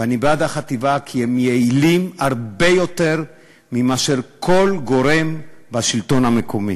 ואני בעד החטיבה כי הם יעילים הרבה יותר מאשר כל גורם בשלטון המקומי.